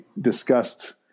discussed